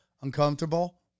Uncomfortable